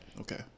Okay